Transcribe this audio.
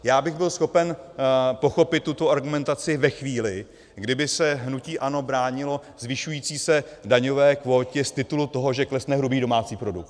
Já bych byl schopen pochopit tuto argumentaci ve chvíli, kdy by se hnutí ANO bránilo zvyšující se daňové kvótě z titulu toho, že klesne hrubý domácí produkt.